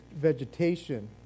vegetation